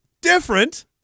different